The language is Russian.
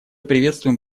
приветствуем